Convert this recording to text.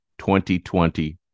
2020